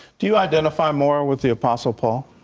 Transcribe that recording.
do you identify more with the apostle paul.